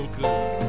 good